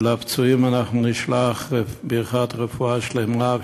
ולפצועים אנחנו נשלח ברכת רפואה שלמה,